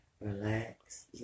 Relax